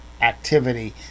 activity